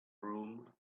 room